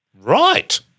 Right